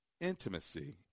intimacy